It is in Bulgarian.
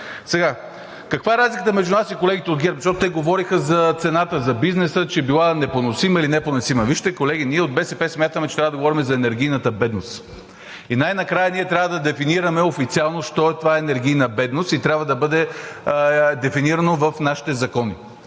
Каква е разликата между нас и колегите от ГЕРБ, защото те говориха за цената за бизнеса, че била поносима или непоносима? Вижте, колеги, ние, от БСП, смятаме, че трябва да говорим за енергийната бедност и най-накрая ние трябва официално да дефинираме що е това енергийна бедност и трябва да бъде дефинирано в нашите закони.